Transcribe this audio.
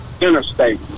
interstate